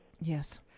yes